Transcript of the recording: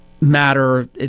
matter